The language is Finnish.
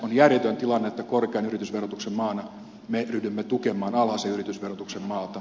on järjetön tilanne että korkean yritysverotuksen maana me ryhdymme tukemaan alhaisen yritysverotuksen maata